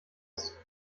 ist